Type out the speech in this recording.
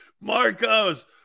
Marcos